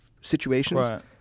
situations